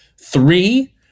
Three